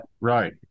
right